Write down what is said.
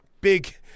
Big